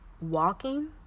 walking